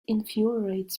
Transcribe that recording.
infuriates